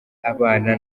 abana